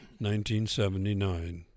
1979